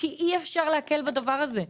כי אי אפשר להקל בדבר הזה.